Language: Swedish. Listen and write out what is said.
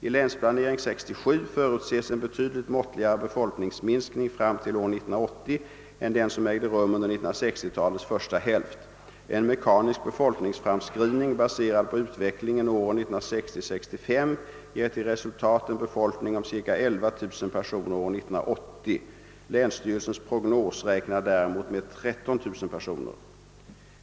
I Länsplanering 67 förutses en betydligt måttligare befolkningsminskning fram till år 1980 än den som ägde rum under 1960-talets första hälft. En mekanisk befolkningsframskrivning baserad på utvecklingen åren 1960—1965 ger till resultat en befolkning om ca 11 000 personer år 1980. Länsstyrelsens prognos räknar däremot med 13000 personer.